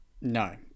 no